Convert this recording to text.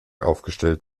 aufgestellt